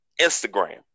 Instagram